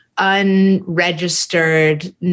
unregistered